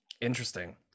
interesting